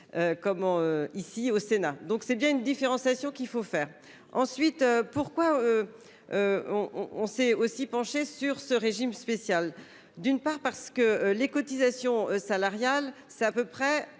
Comment ici au Sénat, donc c'est bien une différenciation qu'il faut faire ensuite pourquoi. On on s'est aussi penché sur ce régime spécial, d'une part parce que les cotisations salariales, c'est à peu près